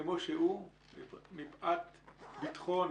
מפאת ביטחון